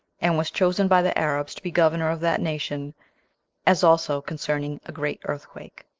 and was chosen by the arabs to be governor of that nation as also concerning a great earthquake.